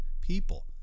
people